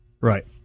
Right